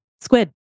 Squid